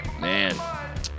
Man